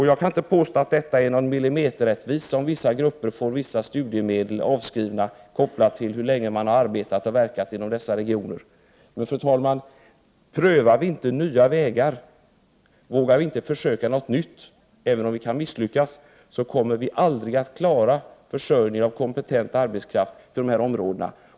Jag kaniinte påstå att det är någon milimeterrättvisa, om vissa människor får vissa medel avskrivna, kopplat till hur länge de har arbetat i dessa regioner, men prövar vi inte nya vägar, vågar vi inte försöka något nytt, även om vi kan misslyckas, kommer vi aldrig att klara försörjningen med kompetent arbetskraft till de här områdena.